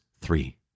three